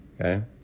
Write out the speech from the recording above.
Okay